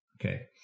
okay